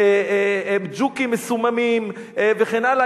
ג'וקים מסוממים וכן הלאה?